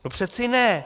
To přeci ne.